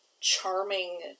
charming